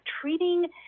treating